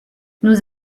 nous